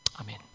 Amen